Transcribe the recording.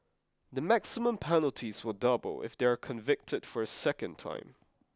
the maximum penalties will double if they are convicted for a second time